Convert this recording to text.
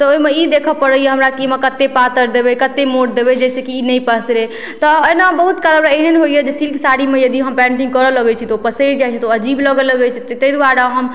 तऽ ओहिमे ई देखऽ पड़ैए हमरा कि ओहिमे कतेक पातर देबै कतेक मोट देबै जे से कि ई नहि पसरै तऽ ओहिना बहुत काल हमरा एहन होइए जे सिल्क साड़ीमे यदि हम पेन्टिंग करऽ लगै छी तऽ ओ पसैर जाइए तऽ ओ अजीब लागै लगै छै ताहि दुआरे हम